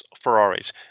Ferraris